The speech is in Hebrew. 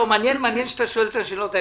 מעניין שאתה שואל את השאלות האלה,